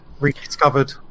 Rediscovered